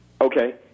Okay